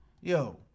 Yo